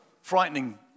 frightening